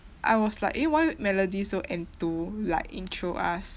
I was like eh why melody so enthu like intro us